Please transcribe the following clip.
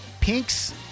Pink's